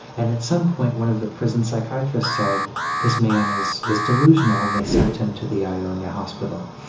and at some point one of the prison psychiatrists said this man is is delusional, and they sent him to the ionia hospital.